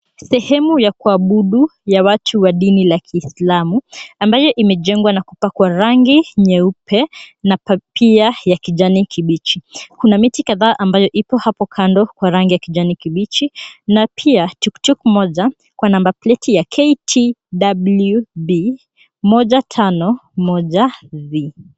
Sehemu ya kuabudu ya watu wa dini la kiislamu ambayo imejengwa na kupakwa rangi nyeupe na paa pia kijani kibichi. Kuna miti kadhaa ambayo ipo hapo kando kwa rangi ya kijani kibichi na pia tuktuk moja kwa number plate ya KTWB 151Z.